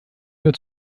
nur